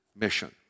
mission